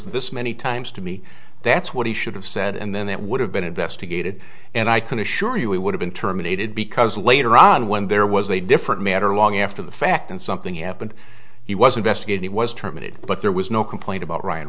slurs this many times to me that's what he should have said and then that would have been investigated and i can assure you we would have been terminated because later on when there was a different matter long after the fact and something happened he was investigated he was terminated but there was no complaint about ryan